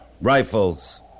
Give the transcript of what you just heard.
rifles